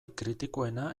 kritikoena